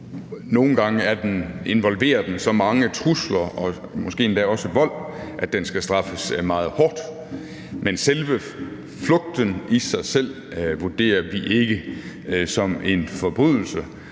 nogle gange involverer den så mange trusler og måske endda også vold, at den skal straffes meget hårdt. Men selve flugten i sig selv vurderer vi ikke som en forbrydelse,